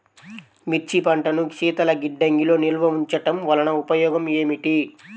మిర్చి పంటను శీతల గిడ్డంగిలో నిల్వ ఉంచటం వలన ఉపయోగం ఏమిటి?